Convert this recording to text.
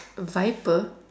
viper